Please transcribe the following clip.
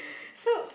so